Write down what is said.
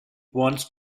wants